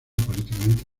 políticamente